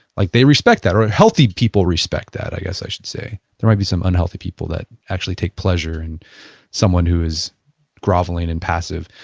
like they respect that or healthy people respect that i guess i should say. there might be some unhealthy people that actually take pleasure in someone who is groveling and passive.